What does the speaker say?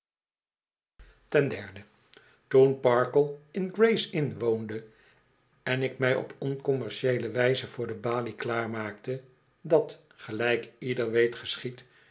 ten derde toen parkle in gray's inn woonde en ik mij op oncommercieele wijze voor de balie klaarmaakte dat gelijk ieder weet